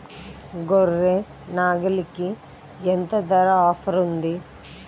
గొర్రె, నాగలికి ఎంత ధర ఆఫర్ ఉంది?